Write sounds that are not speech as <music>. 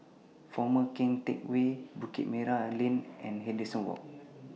Former Keng Teck Whay Bukit Merah Lane and <unintelligible> Walk